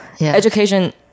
Education